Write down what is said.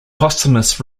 posthumous